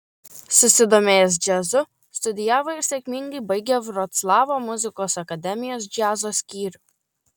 susidomėjęs džiazu studijavo ir sėkmingai baigė vroclavo muzikos akademijos džiazo skyrių